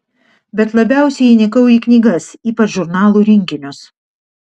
bet labiausiai įnikau į knygas ypač žurnalų rinkinius